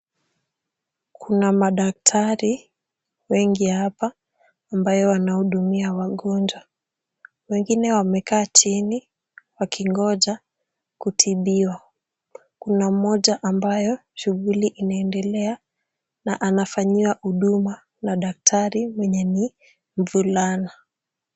Kuna madaktari wengi hapa ambayo wanahudumia wagonjwa. Wengine wamekaa chini wakingoja kutibiwa. Kuna mmoja ambayo shughuli inaendelea na anafanyiwa huduma na daktari mwenye ni mvulana.